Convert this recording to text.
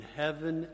heaven